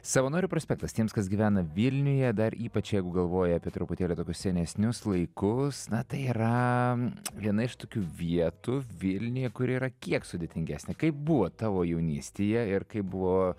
savanorių prospektas tiems kas gyvena vilniuje dar ypač jeigu galvoja apie truputėlį tokius senesnius laikus na tai yra viena iš tokių vietų vilniuje kur yra kiek sudėtingesnė kaip buvo tavo jaunystėje ir kaip buvo